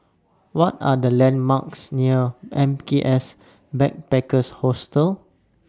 What Are The landmarks near M K S Backpackers Hostel